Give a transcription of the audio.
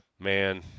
Man